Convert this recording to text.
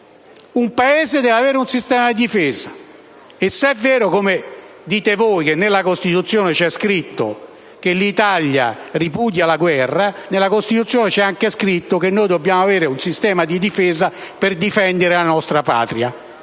Un Paese deve avere un sistema di difesa, e se è vero, come dite voi, che nella Costituzione c'è scritto che l'Italia ripudia la guerra, nella Costituzione c'è anche scritto che noi dobbiamo avere un sistema di difesa per difendere la nostra Patria.